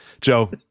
Joe